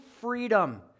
freedom